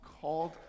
called